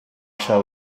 shall